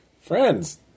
Friends